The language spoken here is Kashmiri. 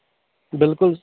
بلکُل